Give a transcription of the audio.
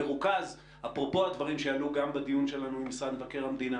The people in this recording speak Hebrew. מרוכז אפרופו הדברים שעלו גם בדיון שלנו עם משרד מבקר המדינה